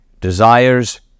desires